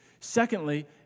Secondly